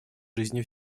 жизни